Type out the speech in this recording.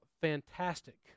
fantastic